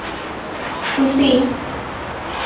ᱠᱷᱩᱥᱤ